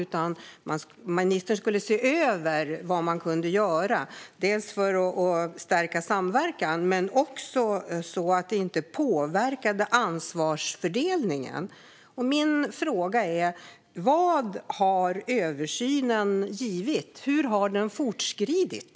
Han skulle se över vad man kunde göra för att stärka samverkan, men det fick heller inte påverka ansvarsfördelningen. Mina frågor är: Vad har översynen givit? Hur har den fortskridit?